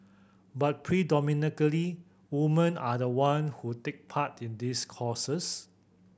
but predominantly woman are the one who take part in these courses